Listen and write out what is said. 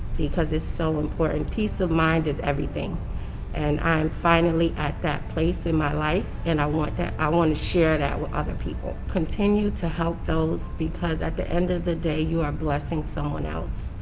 because it's so important, peace of mind is everything and i'm finally at that place in my life and i want that i want to share that with other people. continue to help those because at the end of the day you are blessing someone else,